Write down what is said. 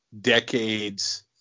decades